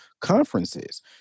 conferences